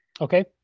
Okay